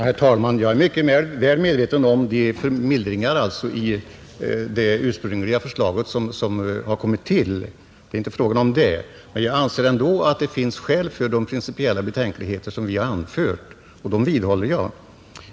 Herr talman! Jag är mycket väl medveten om de uppmjukningar av det ursprungliga förslaget som har kommit till, men det är inte fråga om det. Jag anser emellertid att det ändå finns skäl för de principiella betänkligheter som vi har anfört, och dem vidhåller jag.